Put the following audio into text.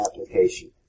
application